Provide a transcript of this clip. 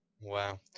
Wow